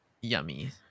yummy